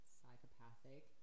psychopathic